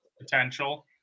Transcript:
potential